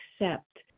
accept